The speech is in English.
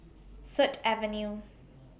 Sut Avenue